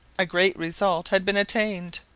a great result had been attained.